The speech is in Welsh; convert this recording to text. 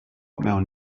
mewn